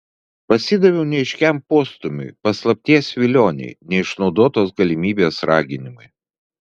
pasidaviau neaiškiam postūmiui paslapties vilionei neišnaudotos galimybės raginimui